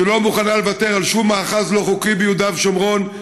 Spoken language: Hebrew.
שלא מוכנה לוותר על שום מאחז לא חוקי ביהודה ושומרון,